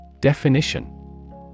Definition